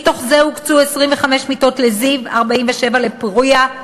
מתוך זה הוקצו 25 מיטות לזיו, 47 ל"פורייה".